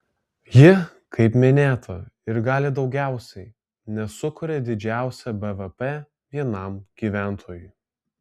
ji kaip minėta ir gali daugiausiai nes sukuria didžiausią bvp vienam gyventojui